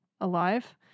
alive